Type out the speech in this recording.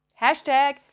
hashtag